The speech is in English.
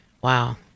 Wow